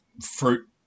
fruit